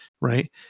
Right